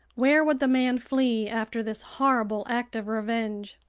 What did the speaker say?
where would the man flee after this horrible act of revenge?